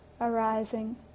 arising